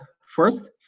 first